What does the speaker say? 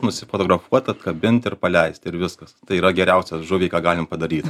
nusifotografuot atkabint ir paleist ir viskas tai yra geriausias žuviai ką galim padaryt